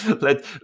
Let